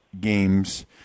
games